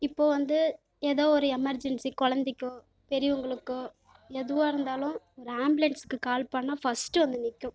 இப்போது வந்து ஏதோ ஒரு எமர்ஜென்சி குழந்தைக்கோ பெரியவங்களுக்கோ எதுவாக இருந்தாலும் ஒரு ஆம்புலன்ஸுக்கு கால் பண்ணால் ஃபஸ்ட்டு வந்து நிற்கும்